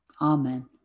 Amen